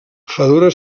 fedora